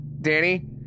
Danny